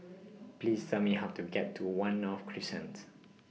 Please Tell Me How to get to one North Crescent